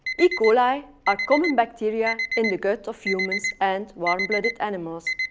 e coli are common bacteria in the gut of humans and warm-blooded animals.